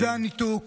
זה הניתוק,